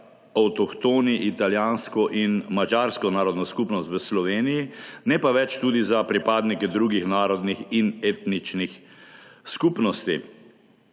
avtohtoni italijansko in madžarsko narodno skupnost v Sloveniji, ne pa več tudi za pripadnike drugih narodnih in etničnih skupnosti.